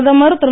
பிரதமர் திரு